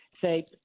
say